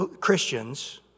Christians